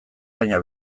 baina